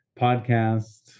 podcast